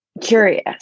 curious